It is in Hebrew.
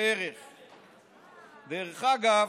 דרך אגב,